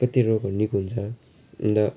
कति रोगहरू निको हुन्छ अन्त